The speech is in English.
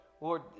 Lord